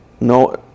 no